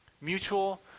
Mutual